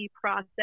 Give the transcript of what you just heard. process